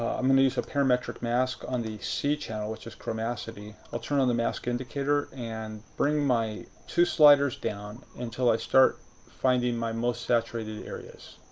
ah um and use a parametric mask on the c channel, which is chromaticity. i'll turn on the mask indicator and bring my two sliders down until i start finding my most-saturated areas.